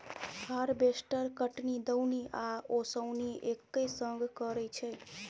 harvester कटनी, दौनी आ ओसौनी एक्के संग करय छै